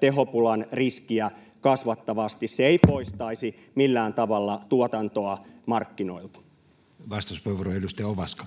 tehopulan riskiä kasvattavasti. Se ei poistaisi millään tavalla tuotantoa markkinoilta. Vastauspuheenvuoro, edustaja Ovaska.